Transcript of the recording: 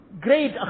great